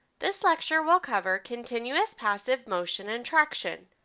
this lecture will cover continuous passive motion and traction.